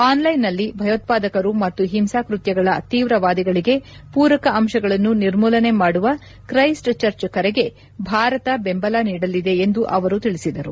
ಆನ್ಲೈನ್ನಲ್ಲಿ ಭಯೋತ್ಪಾದಕರು ಮತ್ತು ಹಿಂಸಾಕೃತ್ಯಗಳ ತೀವ್ರವಾದಿಗಳಿಗೆ ಪೂರಕ ಅಂಶಗಳನ್ನು ನಿರ್ಮೂಲನೆ ಮಾಡುವ ಕ್ರೈಸ್ಟ್ ಚರ್ಚ್ ಕರೆಗೆ ಭಾರತ ಬೆಂಬಲ ನೀಡಲಿದೆ ಎಂದು ಅವರು ತಿಳಿಸಿದರು